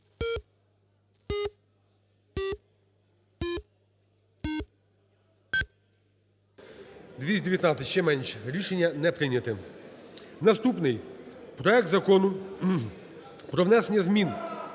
За-219 Ще менше. Рішення не прийнято. Наступний проект Закону про внесення змін